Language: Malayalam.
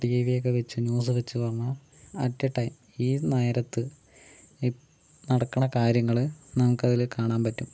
ഇപ്പോൾ ടിവി ഒക്കെ വെച്ച് ന്യൂസ് ഒക്കെ വെച്ച് നോക്കുമ്പോ അറ്റ് എ ടൈം ഈ നേരത്ത് ഇപ്പോൾ നടക്കണ കാര്യങ്ങള് നമുക്ക് അതില് കാണാൻ പറ്റും